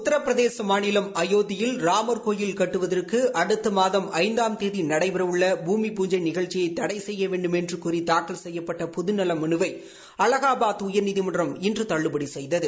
உத்திரபிரதேச மாநிலம் அயோத்தியில் ராமர் கோவில் கட்டுவதற்கு அடுத்த மாதம் ஐந்தாம் தேதி நடைபெற உள்ள பூமி பூஜை நிகழ்ச்சியை தடை செய்ய வேண்டுமென்று கோரி தூக்கல் செய்யப்பட்ட பொதுநல மனுவை அலகாபாத் உயா்நீதிமன்றம் இன்று தள்ளுபடி செய்தது